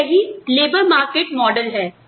तो यही श्रम बाजार मॉडल है